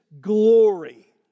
glory